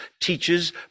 teaches